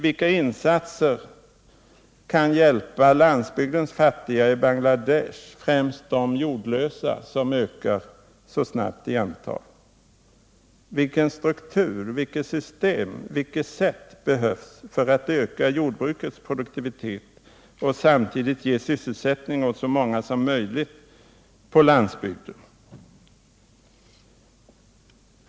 Vilka insatser kan hjälpa landsbygdens fattiga i Bangladesh, främst då de jordlösa, som ökar så snabbt i antal? Vilken struktur, vilket system, vilket sätt behövs för att öka jordbrukets produktivitet och samtidigt ge sysselsättning åt så många som möjligt på landsbygden?